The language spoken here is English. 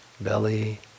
belly